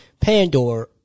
Pandora